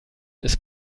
ist